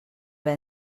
per